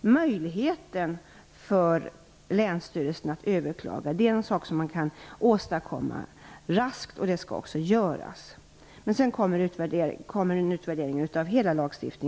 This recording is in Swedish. möjligheten för länsstyrelsen att överklaga. Det är någonting som kan åstadkommas raskt, och det skall också göras. Men sedan kommer alltså en utvärdering av hela lagstiftningen.